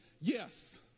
yes